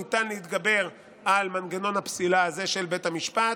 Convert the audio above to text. שניתן להתגבר על מנגנון הפסילה הזה של בית המשפט,